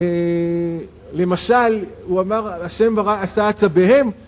למשל, הוא אמר, השם עשה עצביהם